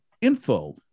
info